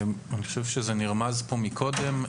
אני חושב שזה נרמז פה מקודם,